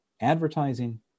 advertising